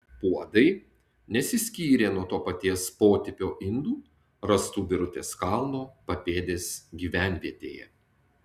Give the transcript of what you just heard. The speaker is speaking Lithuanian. puodai nesiskyrė nuo to paties potipio indų rastų birutės kalno papėdės gyvenvietėje